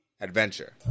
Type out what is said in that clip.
adventure